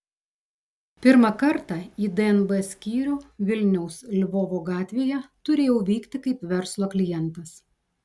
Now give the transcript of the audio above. pirmą kartą į dnb skyrių vilniaus lvovo gatvėje turėjau vykti kaip verslo klientas